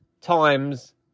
times